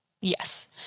Yes